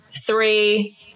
Three